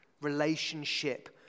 relationship